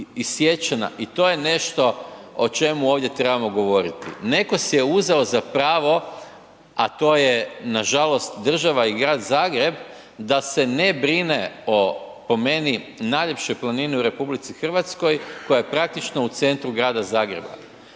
i to je nešto o čemu ovdje trebamo govoriti. Netko si je uzeo za pravo a to je nažalost država i grad Zagreb da se ne brine o po meni najljepšoj planini u RH koja je praktično u centru grada Zagreba.